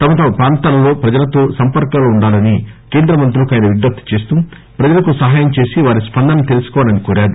తమతమ ప్రాంతాలలో ప్రజలతో సంపర్కంలో వుండాలని కేంద్ర మంత్రులకు ఆయన విజ్ఞప్తి చేస్తూ ప్రజలకు సహాయం చేసి వారి స్పందన తెలుసుకోవాలని కోరారు